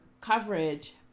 coverage